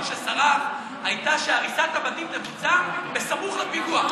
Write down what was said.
שסרח הייתה שהריסת הבתים תבוצע בסמוך לפיגוע.